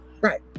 right